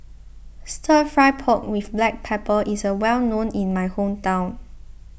Stir Fry Pork with Black Pepper is well known in my hometown